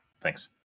thanks